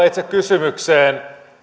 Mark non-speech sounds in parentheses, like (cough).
(unintelligible) itse kysymykseen